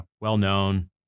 well-known